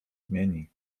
zmieni